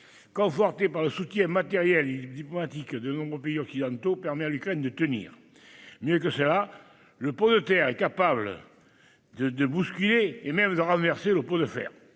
confortée par le soutien matériel et diplomatique de nombreux pays occidentaux, permet à l'Ukraine de tenir. Mieux que cela, le pot de terre est capable de bousculer- et même de renverser -le pot de fer.